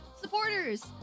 supporters